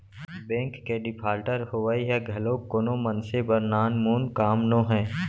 bank के defaulter होवई ह घलोक कोनो मनसे बर नानमुन काम नोहय